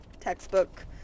textbook